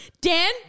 Dan